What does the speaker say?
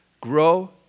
grow